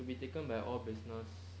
it'll be taken by all business